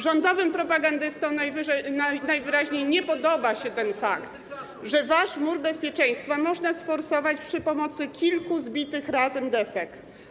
Rządowym propagandystom najwyraźniej nie podoba się ten fakt, że wasz mur bezpieczeństwa można sforsować za pomocą kilku zbitych razem desek.